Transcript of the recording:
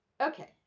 okay